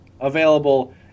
Available